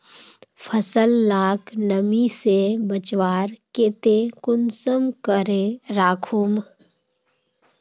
फसल लाक नमी से बचवार केते कुंसम करे राखुम?